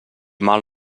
mal